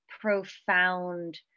profound